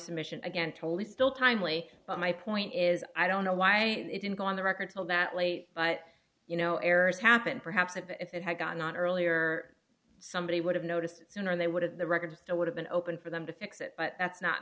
submission again totally still timely but my point is i don't know why it didn't go on the record till that late but you know errors happen perhaps if it had gotten out earlier somebody would have noticed it sooner they would have the records to would have been open for them to fix it but that's not